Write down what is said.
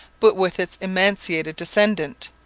but with its emaciated descendant,